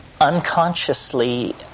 unconsciously